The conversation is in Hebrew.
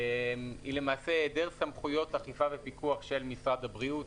היא למעשה היעדר סמכויות אכיפה ופיקוח של משרד הבריאות.